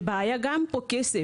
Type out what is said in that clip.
והבעיה פה היא גם כסף.